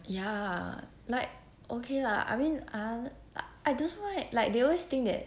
ya like okay lah I mean I I don't know why like they always think that